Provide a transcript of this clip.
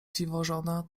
dziwożona